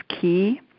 key